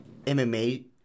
MMA